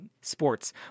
sports